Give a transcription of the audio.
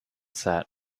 set